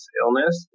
illness